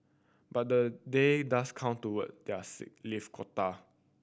but the day does count toward their sick leave quota